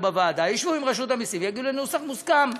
בוועדה ישבו עם רשות המסים ויגיעו לנוסח מוסכם,